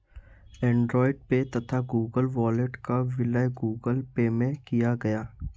Android Pay तथा Google Wallet का विलय गूगल पे में किया गया